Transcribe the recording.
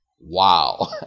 Wow